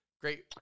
Great